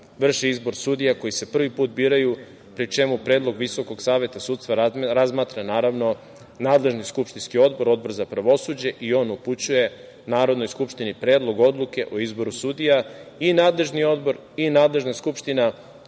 vrši izbor sudija koji se prvi put biraju, pri čemu predlog Visokog saveta sudstva razmatra, naravno, nadležni skupštinski odbor, Odbor za pravosuđe i on upućuje Narodnoj skupštini predlog odluke o izboru sudija. I nadležni odbor i nadležna skupština